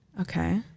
Okay